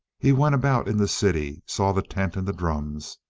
he went about in the city, saw the tent and the drums,